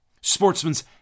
sportsmen's